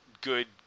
good